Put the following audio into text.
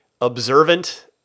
observant